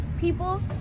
people